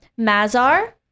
Mazar